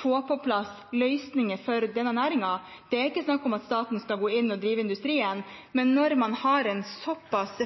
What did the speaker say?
få på plass løsninger for denne næringen. Det er ikke snakk om at staten skal gå inn og drive industrien, men når man har en såpass